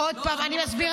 אני לא מצליח